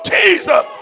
Jesus